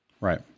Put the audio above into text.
Right